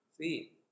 See